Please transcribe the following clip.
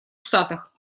штатах